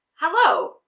hello